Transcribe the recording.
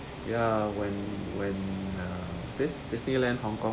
ya when when uh this disneyland hong kong